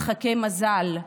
משחקי מזל.